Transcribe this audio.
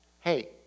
hey